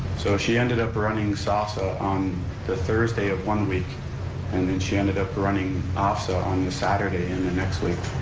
so she ended up running sossa on the thursday of one week and then she ended up running ofsaa on the saturday in the next week